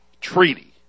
Treaty